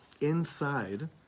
Inside